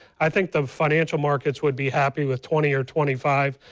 i think the financial market would be happy with twenty or twenty five.